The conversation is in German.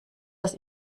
das